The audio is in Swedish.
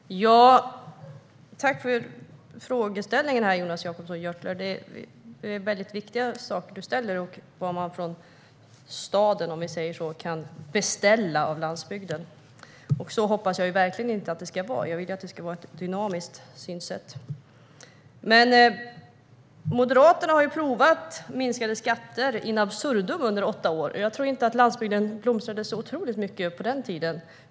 Fru talman! Tack för frågeställningen, Jonas Jacobsson Gjörtler! Det är viktiga frågor du ställer när det handlar om vad man från staden kan beställa av landsbygden. Jag hoppas verkligen inte att det är så, utan jag vill att det ska vara ett dynamiskt synsätt. Moderaterna har provat minskade skatter in absurdum under åtta år, och jag tror inte att landsbygden blomstrade så otroligt mycket på den tiden.